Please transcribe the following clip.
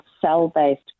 cell-based